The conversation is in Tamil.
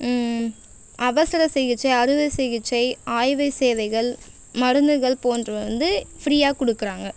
அவசர சிகிச்சை அறுவை சிகிச்சை ஆய்வு சேவைகள் மருந்துகள் போன்றவை வந்து ஃப்ரீயாக கொடுக்கறாங்க